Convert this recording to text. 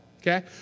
okay